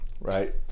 right